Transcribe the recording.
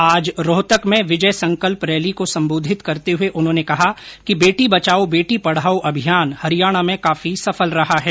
आज रोहतक में विजय संकल्प रैली को संबोधित करते हुए उन्होंने कहा कि बेटी बचाओ बेटी पढ़ाओं अभियान हरियाणा में काफी सफल रहा है